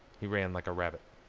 he ran like a rabbit.